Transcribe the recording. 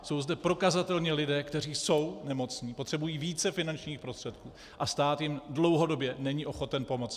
Jsou zde prokazatelně lidé, kteří jsou nemocní, potřebují více finančních prostředků a stát jim dlouhodobě není ochoten pomoct.